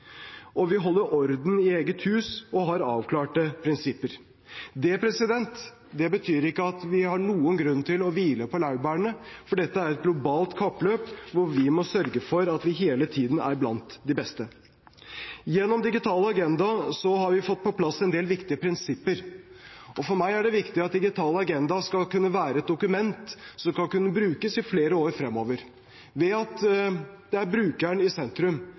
oljesektoren. Vi holder orden i eget hus og har avklarte prinsipper. Det betyr ikke at vi har noen grunn til å hvile på laurbærene, for dette er et globalt kappløp, hvor vi må sørge for at vi hele tiden er blant de beste. Gjennom Digital agenda har vi fått på plass en del viktige prinsipper. For meg er det viktig at Digital agenda skal være et dokument som skal kunne brukes i flere år fremover, ved at brukeren er i sentrum. Det er